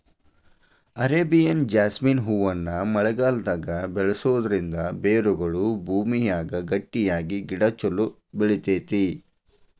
Arabian jasmine ಹೂವನ್ನ ಮಳೆಗಾಲದಾಗ ಬೆಳಿಸೋದರಿಂದ ಬೇರುಗಳು ಭೂಮಿಯಾಗ ಗಟ್ಟಿಯಾಗಿ ಗಿಡ ಚೊಲೋ ಬೆಳಿತೇತಿ